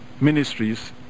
ministries